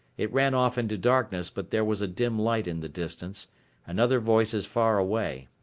it ran off into darkness but there was a dim light in the distance and other voices far away,